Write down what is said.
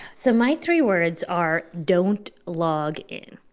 so my three words are don't log in.